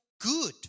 good